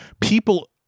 people